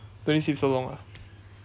don't need to sleep so long lah